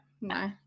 No